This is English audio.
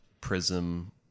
prism